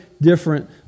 different